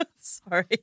Sorry